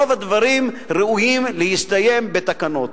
רוב הדברים ראויים להסתיים בתקנות.